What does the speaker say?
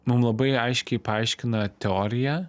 mum labai aiškiai paaiškina teoriją